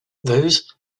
those